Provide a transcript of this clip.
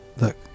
look